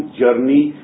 journey